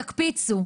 תקפיצו,